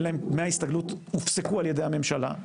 דמי ההסתגלות הופסקו על ידי הממשלה.